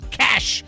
cash